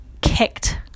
kicked